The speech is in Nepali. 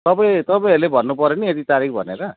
तपाईँ तपाईँहरूले भन्नुपऱ्यो नि यति तारिक भनेर